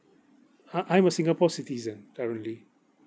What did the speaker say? I I'm a singapore citizen currently